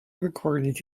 recorded